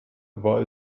war